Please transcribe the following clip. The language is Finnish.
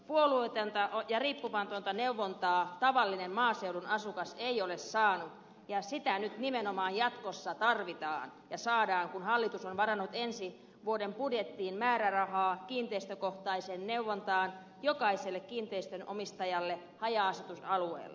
puolueetonta ja riippumatonta neuvontaa tavallinen maaseudun asukas ei ole saanut ja sitä nyt nimenomaan jatkossa tarvitaan ja saadaan kun hallitus on varannut ensi vuoden budjettiin määrärahaa kiinteistökohtaiseen neuvontaan jokaiselle kiinteistönomistajalle haja asutusalueella